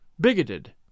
bigoted